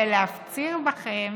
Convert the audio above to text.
ולהפציר בכם